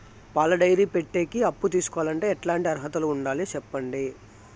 పాల డైరీ పెట్టేకి అప్పు తీసుకోవాలంటే ఎట్లాంటి అర్హతలు ఉండాలి సెప్పండి?